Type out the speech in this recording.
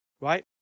right